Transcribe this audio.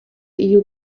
you